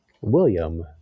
William